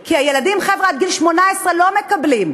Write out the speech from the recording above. כי הילדים, חבר'ה, עד גיל 18 לא מקבלים.